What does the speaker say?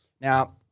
Now